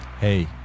Hey